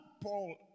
Paul